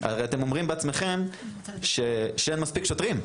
הרי, אתם אומרים בעצמכם שאין מספיק שוטרים.